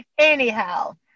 Anyhow